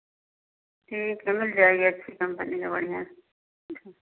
ठीक है मिल जाएगी अच्छी कंपनी का बढ़ियाँ सा